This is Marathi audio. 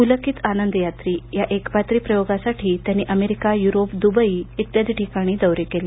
पुलकित आनंदयात्री या एकपात्री प्रयोगासाठी त्यांनी अमेरिका युरोप दुबई इत्यादी ठिकाणी दौरे केले